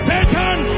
Satan